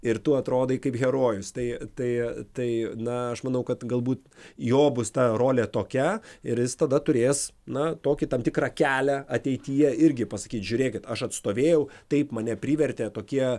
ir tu atrodai kaip herojus tai tai tai na aš manau kad galbūt jo bus ta rolė tokia ir jis tada turės na tokį tam tikrą kelią ateityje irgi pasakyt žiūrėkit aš atstovėjau taip mane privertė tokie